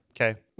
okay